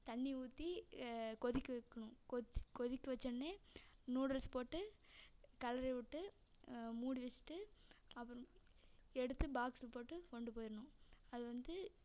தண்ணி ஊற்றி கொதிக்க வைக்கணும் கொதிக்க வைச்சோனே நூடுல்ஸ் போட்டு கிளறி விட்டு மூடி வச்சுட்டு அப்புறம் எடுத்து பாக்ஸில் போட்டு கொண்டு போயிடணும் அது வந்து